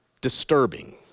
Disturbing